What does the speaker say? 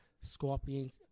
scorpions